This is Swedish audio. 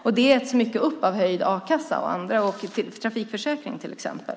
Det äts upp mycket av höjda a-kasseavgifter och dyrare trafikförsäkring till exempel.